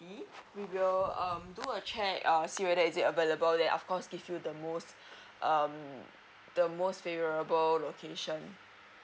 we will um do a check err see whether is it available than of course give you the most um the most favorable location